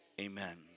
amen